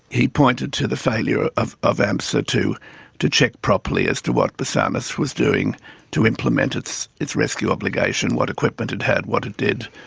he pointed to the failure of of amsa to to check properly as to what basarnas was doing to implement its its rescue obligation, what equipment it had, what it did.